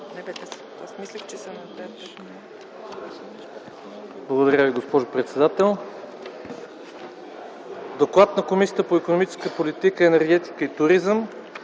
Благодаря Ви, госпожо председател. „ДОКЛАД на Комисията по икономическа политика, енергетика и туризъм